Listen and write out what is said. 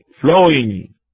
flowing